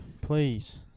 Please